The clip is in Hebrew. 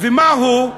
ומה הוא?